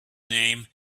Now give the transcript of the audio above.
name